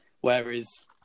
whereas